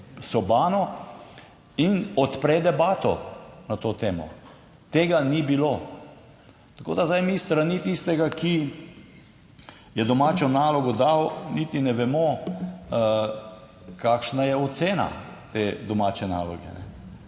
in odpre debato na to temo. Tega ni bilo. Tako da zdaj mi s strani tistega, ki je domačo nalogo dal, niti ne vemo, kakšna je ocena te domače **29.